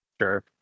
Sure